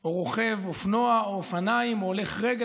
או רוכב אופנוע או אופניים או הולך רגל,